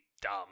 dumb